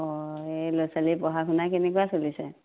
অঁ এই ল'ৰা ছোৱালীৰ পঢ়া শুনা কেনেকুৱা চলিছে